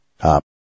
Up